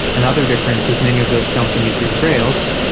another difference is many of those companies use rails,